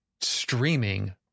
streaming